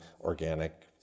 organic